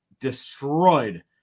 destroyed